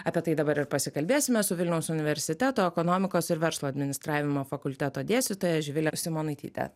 apie tai dabar ir pasikalbėsime su vilniaus universiteto ekonomikos ir verslo administravimo fakulteto dėstytoja živile simonaityte